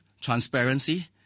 transparency